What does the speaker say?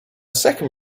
second